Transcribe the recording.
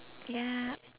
yup